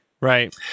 Right